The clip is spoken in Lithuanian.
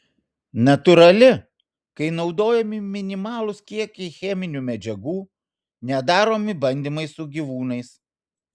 natūrali kai naudojami minimalūs kiekiai cheminių medžiagų nedaromi bandymai su gyvūnais